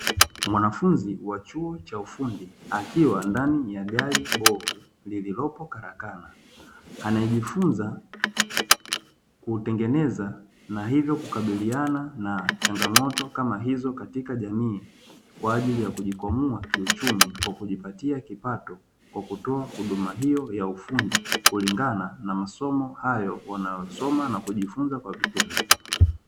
Mwanafunzi wa chuo cha ufundi akiwa ndani ya gari bovu lililopo karakana, anaejifunza kutengeneza na hivyo kukabiliana na changamoto kama hizo katika jamii kwa ajili ya kujikwamua kiuchumi kwa kujipatia kipato kwa kutoa huduma hiyo ya ufundi kulingana na masomo hayo wanayosoma na kujifunza kwa vitendo.